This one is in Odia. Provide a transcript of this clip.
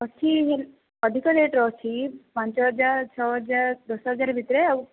ଅଛି ଅଧିକ ରେଟର ଅଛି ପାଞ୍ଚ ହଜାର ଛଅ ହଜାର ଦଶ ହଜାର ଭିତରେ ଆଉ